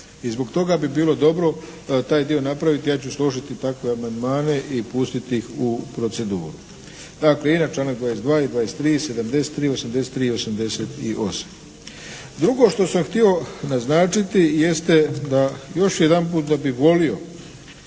i zbog toga bi bilo dobro taj dio napraviti. Ja ću složiti takve amandmane i pustiti ih u proceduru, dakle i na članak 22. i 23., 73., 83. i 88. Drugo što sam htio naznačiti jeste da još jedanput da bi volio